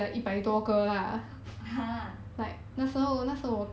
!huh!